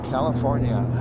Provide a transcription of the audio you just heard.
California